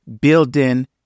building